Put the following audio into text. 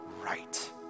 right